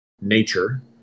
nature